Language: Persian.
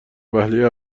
وهله